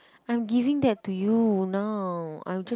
I'm giving that to you now I was just